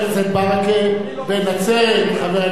בן נצרת חבר הכנסת סוייד,